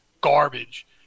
garbage